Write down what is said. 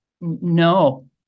no